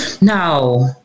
no